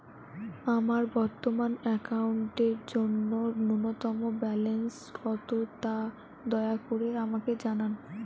আমার বর্তমান অ্যাকাউন্টের জন্য ন্যূনতম ব্যালেন্স কত তা দয়া করে আমাকে জানান